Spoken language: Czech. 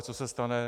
Co se stane?